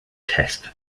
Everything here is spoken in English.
test